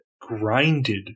grinded